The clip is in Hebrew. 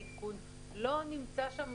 לא נמצא שם